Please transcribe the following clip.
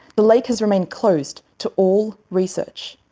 the lake has remained closed to all research.